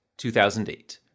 2008